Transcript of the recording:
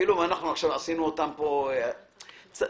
חשוב